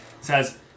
says